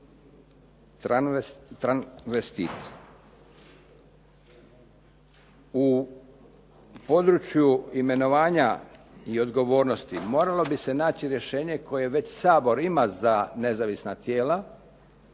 U području imenovanja i odgovornosti moralo bi se naći rješenje koje već Sabor ima za nezavisna tijela